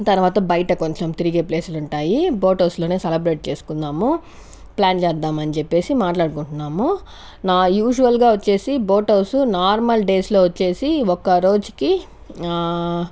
తర్వాత బయట కొంచెం తిరిగే ప్లేస్లుంటాయి బోట్హౌస్లోనే సెలబ్రేట్ చేసుకుందాము ప్లాన్ చేద్దామని చెప్పేసి మాట్లాడుకుంటున్నాము నా యూజువల్గా వచ్చేసి బోట్ హౌసు నార్మల్ డేస్లో వచ్చేసి ఒక్క రోజుకి